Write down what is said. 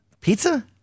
Pizza